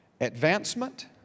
advancement